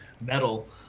metal